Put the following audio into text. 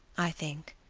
i think,